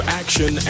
action